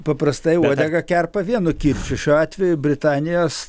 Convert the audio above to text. paprastai uodegą kerpa vienu kirčiu šiuo atveju britanijos